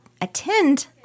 attend